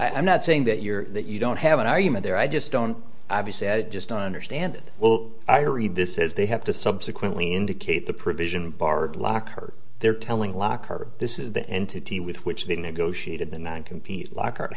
compete i'm not saying that you're that you don't have an argument there i just don't obviously i just don't understand it well i read this as they have to subsequently indicate the provision bar block her they're telling lock her this is the entity with which they negotiated the nine compete lock